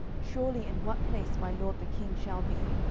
surely in what place my lord the king shall be,